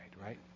right